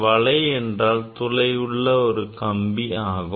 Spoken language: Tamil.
வலை என்றால் துளையுள்ள ஒரு கம்பி ஆகும்